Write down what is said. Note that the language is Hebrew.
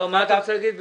מה אתה רוצה להגיד בזה?